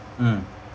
mm